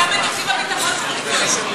גם לתקציב הביטחון צריך גוי לפעמים.